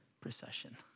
procession